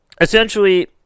essentially